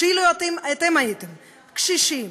אילו אתם הייתם קשישים,